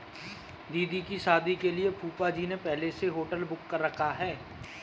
दीदी की शादी के लिए फूफाजी ने पहले से होटल बुक कर रखा है